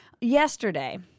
Yesterday